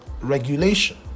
regulation